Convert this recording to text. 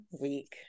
week